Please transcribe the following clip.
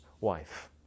wife